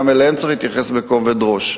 גם אליהם צריך להתייחס בכובד ראש.